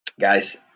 Guys